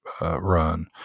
run